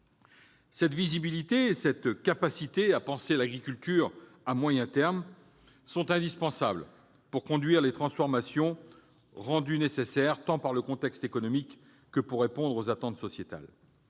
Cette visibilité et cette capacité à penser l'agriculture à moyen terme sont indispensables pour conduire les transformations rendues nécessaires par le contexte économique, mais aussi pour répondre aux attentes sociétales.